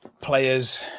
players